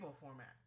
format